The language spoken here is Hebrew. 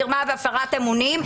מרמה והפרת אמונים,